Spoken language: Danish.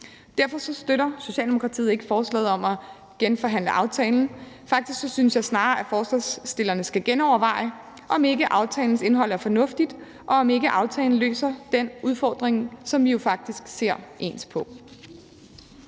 Derfor støtter Socialdemokratiet ikke forslaget om at genforhandle aftalen. Jeg synes faktisk snarere, at forslagsstillerne skal genoverveje, om ikke aftalens indhold er fornuftigt, og om ikke aftalen løser den udfordring, som vi faktisk ser ens på.